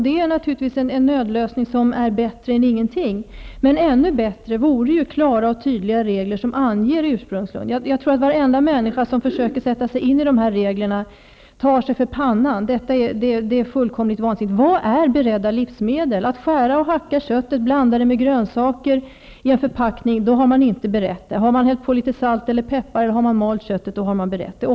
Den lösningen är bättre än ingenting, men ännu bättre vore klara och tydliga regler, som angav ursprungsland. Varje människa som försöker sätta sig in i de här reglerna tar sig för pannan -- det är fullkomligt vansinnigt. Vad är beredda livsmedel? Om man skär och hackar köttet och blandar det med grönsaker i en förpackning har man inte berett det. Om man häller på litet salt och peppar och mal köttet har man berett det.